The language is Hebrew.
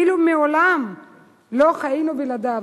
כאילו מעולם לא חיינו בלעדיו.